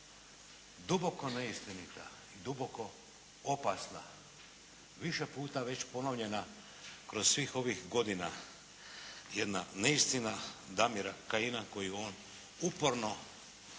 duboko neistinita i duboko opasna više puta već ponovljena kroz svih ovih godina jedna neistina Damira Kajina koji u ovom uporno lansira